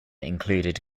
included